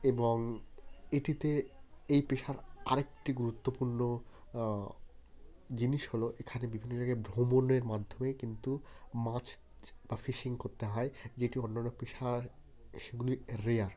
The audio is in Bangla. এবং এটিতে এই পেশার আর একটি গুরুত্বপূর্ণ জিনিস হলো এখানে বিভিন্ন জায়গায় ভ্রমণের মাধ্যমে কিন্তু মাছ বা ফিশিং করতে হয় যেটি অন্যান্য পেশায় সেগুলি রেয়ার